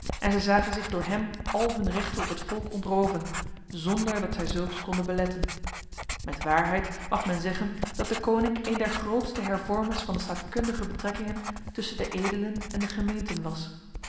en zij zagen zich door hem al hun rechten op het volk ontroven zonder dat zij zulks konden beletten met waarheid mag men zeggen dat deconinck een der grootste hervormers van de staatkundige betrekkingen tussen de edelen en de gemeenten was